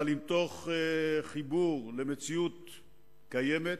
אבל עם חיבור למציאות קיימת,